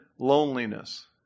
loneliness